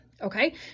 Okay